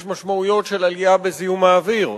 יש משמעויות של עלייה בזיהום האוויר,